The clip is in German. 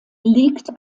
liegt